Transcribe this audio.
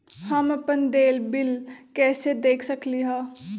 हम अपन देल बिल कैसे देख सकली ह?